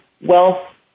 wealth